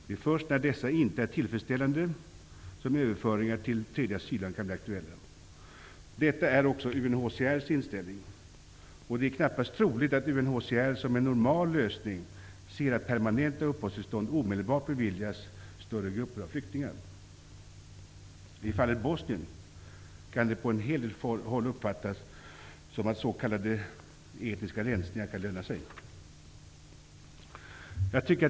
Det är först när dessa inte är tillfresställande som överföringar till tredje asylland blir aktuella. Detta är också UNHCR:s inställning. Det är knappast troligt att UNHCR som en normal lösning ser att permanenta uppehållstillstånd omedelbart beviljas större grupper av flyktingar. I fallet Bosnien kan det på en del håll uppfattas som att s.k. etniska rensningar kan löna sig.